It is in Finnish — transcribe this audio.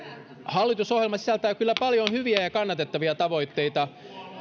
hallitusohjelma sisältää paljon hyviä ja kannatettavia tavoitteita